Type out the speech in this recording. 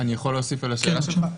אני אוסיף על השאלה שלך.